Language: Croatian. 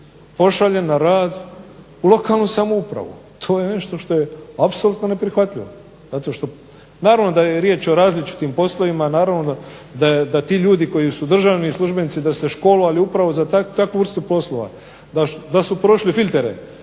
pošalje na rad u lokalnu samoupravu, to je nešto što je apsolutno neprihvatljivo. Naravno da je riječ o različitim poslovima, naravno da ti ljudi koji su državni službenici da su se školovali upravo takvu vrstu poslova, da su prošli filtre,